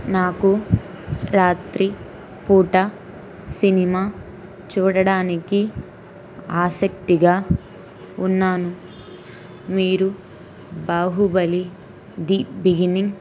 నాకు రాత్రి పూట సినిమా చూడడానికి ఆసక్తిగా ఉన్నాను మీరు బాహుబలి ది బిగినింగ్